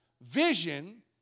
Vision